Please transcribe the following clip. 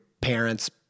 parents